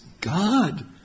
God